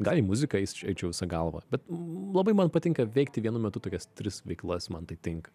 gal į muziką eis eičiau visa galva bet labai man patinka veikti vienu metu tokias tris veiklas man tai tinka